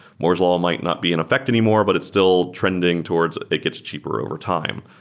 moore's law might not be in effect anymore, but it's still trending towards it gets cheaper overtime.